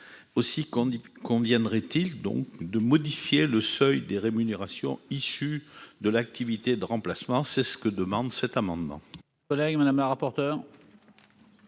qu'on viendrait-il donc de modifier le seuil des rémunérations issu de l'activité de remplacement, c'est ce que demande cet amendement. Oleg madame la rapporteure.